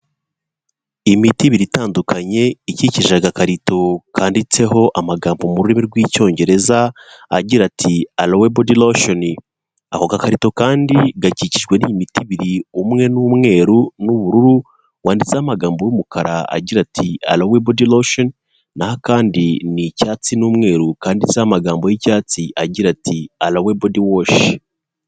Imiti ibiri itandukanye ikikije agakarito kanditseho amagambo mu rurimi rw'icyongereza agira ati, '' Alowe bodi losheni.'' Ako gakarito kandi gakikijwe n'imiti ibiri umwe ni umweru n'ubururu wanditseho amagambo y'umukara agira ati: '' Alowe bodi losheni.'' N'aho akandi ni icyatsi n'umweru kanditseho amagambo y'icyatsi agira ati:'' Alowe bodi wosi.